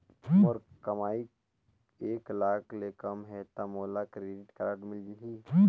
मोर कमाई एक लाख ले कम है ता मोला क्रेडिट कारड मिल ही?